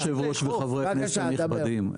אדוני היושב-ראש וחברי הכנסת הנכבדים.